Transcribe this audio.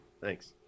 Thanks